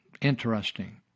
Interesting